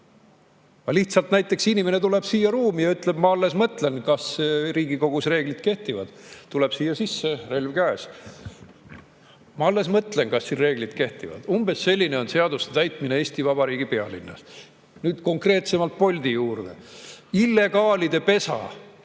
Näiteks tuleb inimene siia ruumi ja ütleb: "Ma alles mõtlen, kas Riigikogus reeglid kehtivad." Tuleb siia, relv käes. "Ma alles mõtlen, kas siin reeglid kehtivad." Umbes selline on seaduste täitmine Eesti Vabariigi pealinnas. Nüüd konkreetselt Bolti juurde – illegaalide pesa.